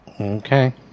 Okay